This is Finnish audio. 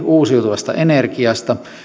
uusiutuvasta energiasta on suuri